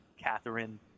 Catherine